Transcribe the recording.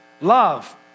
love